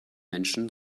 menschen